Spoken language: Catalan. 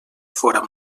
fóra